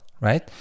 right